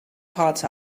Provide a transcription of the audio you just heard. parts